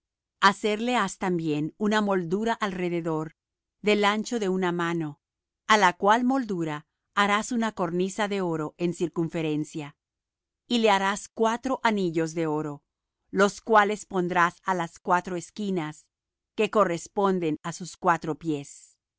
hacerle has también una moldura alrededor del ancho de una mano á la cual moldura harás una cornisa de oro en circunferencia y le harás cuatro anillos de oro los cuales pondrás á las cuatro esquinas que corresponden á sus cuatro pies